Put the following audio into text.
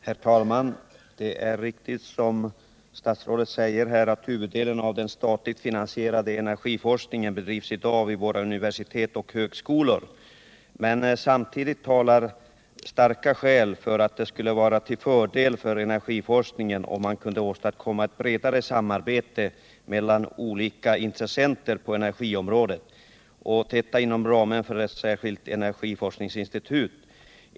Herr talman! Det är riktigt, som statsrådet säger, att huvuddelen av den statligt finansierade energiforskningen i dag bedrivs vid våra universitet och högskolor. Men samtidigt talar starka skäl för att det skulle vara till fördel för energiforskningen, om man kunde åstadkomma ett bredare samarbete mellan olika intressenter på energiområdet inom ramen för ett särskilt energiforskningsinstitut.